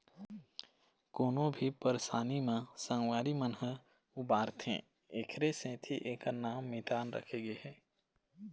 कोनो भी परसानी म संगवारी मन ह उबारथे एखरे सेती एखर नांव मितान राखे गे हे